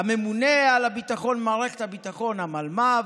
הממונה על הביטחון במערכת הביטחון, המלמ"ב,